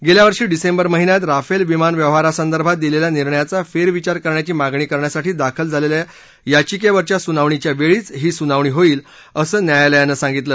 गेल्या वर्षी डिसेंबर महिन्यात राफेल विमान व्यवहारासंदर्भात दिलेल्या निर्णयाचा फेरविचार करण्याची मागणी करण्यासाठी दाखल झालेल्या याचिकेवरच्या सुनावणीच्या वेळीच ही सुनावणी होईल असं न्यायालयानं सांगितलं